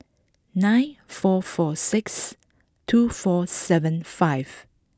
nine four four six two four seven five